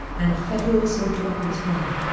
and federal assault weapons ban.